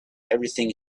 everything